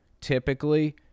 typically